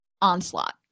onslaught